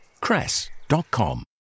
cress.com